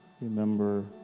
remember